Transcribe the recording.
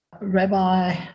Rabbi